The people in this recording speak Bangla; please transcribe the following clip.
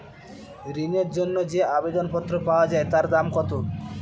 ঋণের জন্য যে আবেদন পত্র পাওয়া য়ায় তার দাম কত?